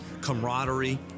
camaraderie